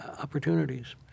opportunities